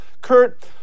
Kurt